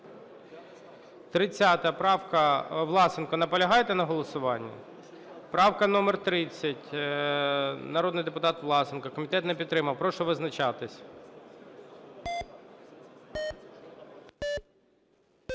30 правка, Власенко. Наполягаєте на голосуванні? Правка номер 30, народний депутат Власенко, комітет не підтримав. Прошу визначатися.